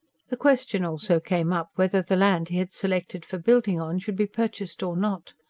the question also came up whether the land he had selected for building on should be purchased or not.